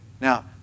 Now